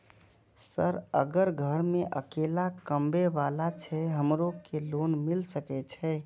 Sir अगर घर में अकेला कमबे वाला छे हमरो के लोन मिल सके छे?